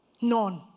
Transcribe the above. None